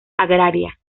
agraria